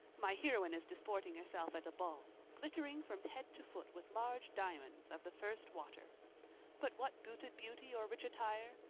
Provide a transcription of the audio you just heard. my heroine is disporting herself at a ball glittering from head to foot with large diamonds of the first water but what booted beauty or rich attire?